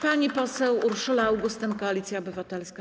Pani poseł Urszula Augustyn, Koalicja Obywatelska.